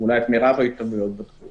את מרב ההשתלמויות בתחום